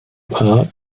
park